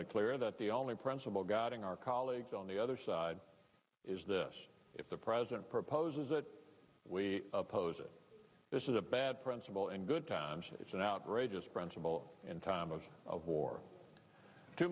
increasingly clear that the only principle guiding our colleagues on the other side is this if the president proposes that we oppose it this is a bad principle and good times it's an outrageous principle in time of war two